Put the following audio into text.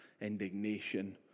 indignation